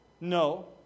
No